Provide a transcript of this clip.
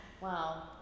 wow